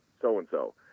so-and-so